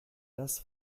das